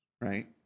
Right